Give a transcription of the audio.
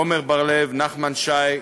עמר בר-לב, נחמן שי,